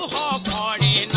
da da